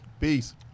Peace